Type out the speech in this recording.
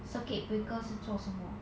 circuit breakers 是做什么